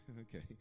okay